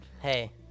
Hey